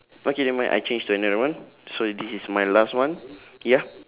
okay never mind I change to another one so this is my last one ya